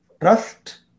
trust